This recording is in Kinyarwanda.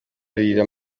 arira